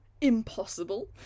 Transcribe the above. impossible